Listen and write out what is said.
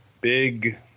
big